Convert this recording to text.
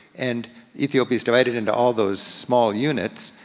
and ethiopia's divided into all those small units,